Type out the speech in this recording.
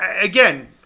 again